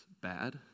bad